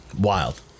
wild